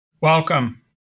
Welcome